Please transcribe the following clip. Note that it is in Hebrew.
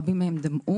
רבים מהם דמעו.